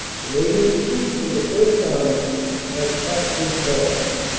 canadian troops of the first army have captured mons.